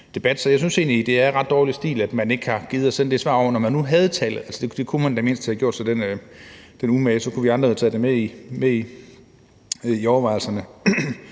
Så jeg synes egentlig, at det er ret dårlig stil, at man ikke har gidet at sende det svar over, når man nu havde tallet. Man kunne da i det mindste havde gjort sig den umage, så vi andre havde kunnet tage det med i overvejelserne.